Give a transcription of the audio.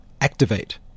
activate